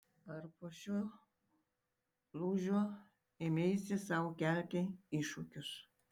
ar po šio lūžio ėmeisi sau kelti iššūkius